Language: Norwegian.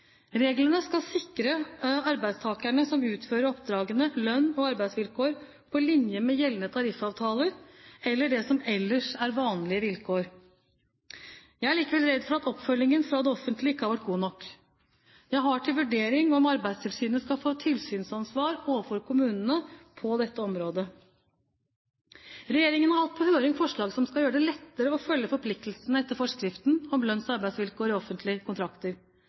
Reglene skal sikre arbeidstakerne som utfører oppdragene, lønns- og arbeidsvilkår på linje med gjeldende tariffavtaler, eller det som ellers er vanlige vilkår. Jeg er likevel redd for at oppfølgingen fra det offentlige ikke har vært god nok. Jeg har til vurdering om Arbeidstilsynet skal få tilsynsansvar overfor kommunene på dette området. Regjeringen har hatt på høring forslag som skal gjøre det lettere å følge forpliktelsene etter forskriften om lønns- og arbeidsvilkår i offentlige kontrakter.